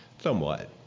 Somewhat